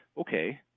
okay